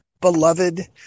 beloved